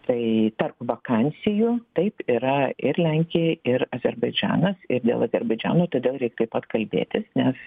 tai tarp vakansijų taip yra ir lenkijai ir azerbaidžanas ir dėl azerbaidžano todėl reik taip pat kalbėtis nes